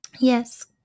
Yes